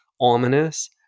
ominous